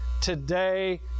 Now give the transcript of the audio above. today